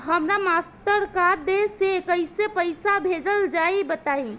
हमरा Mastercard से कइसे पईसा भेजल जाई बताई?